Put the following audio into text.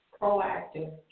proactive